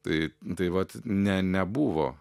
tai tai vat ne nebuvo